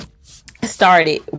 started